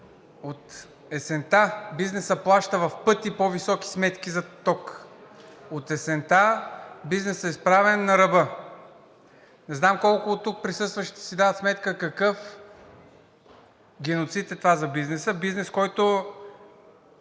От есента бизнесът плаща в пъти по-високи сметки за ток, от есента бизнесът е изправен на ръба. Не знам колко от тук присъстващите си дават сметка какъв геноцид е това за бизнеса. Бизнес, който